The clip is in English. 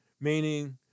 meaning